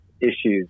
issues